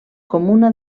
comuna